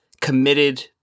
committed